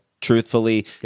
truthfully